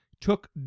took